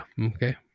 okay